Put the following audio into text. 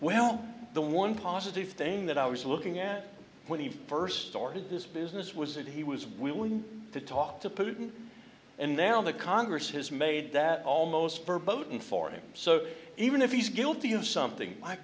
well the one positive thing that i was looking at when he first started this business was that he was willing to talk to putin and then on the congress has made that almost verboten for him so even if he's guilty of something